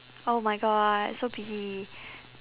oh my god so busy